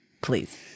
Please